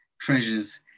treasures